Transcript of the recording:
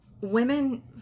Women